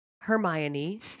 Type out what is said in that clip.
Hermione